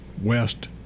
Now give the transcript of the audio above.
west